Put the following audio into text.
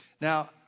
Now